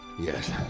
Yes